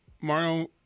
Mario